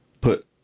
put